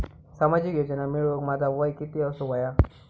सामाजिक योजना मिळवूक माझा वय किती असूक व्हया?